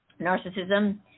narcissism